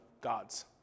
gods